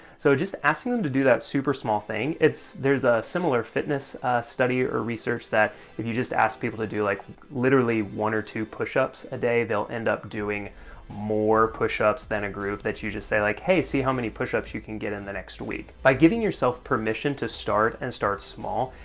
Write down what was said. so just asking them to do that super small thing, there's a similar fitness study, or research, that, if you just ask people to do like literally one or two pushups a day, they'll end up doing more pushups than a group, that you just say, like hey, see how many pushups you can get in in the next week. by giving yourself permission to start, and start small,